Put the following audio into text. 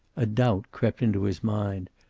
a doubt crept into his mind,